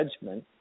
judgment